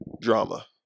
drama